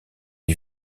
les